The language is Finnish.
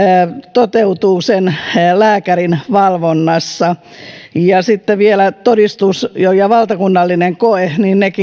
toteutuu sen lääkärin valvonnassa sitten vielä todistus ja valtakunnallinen koe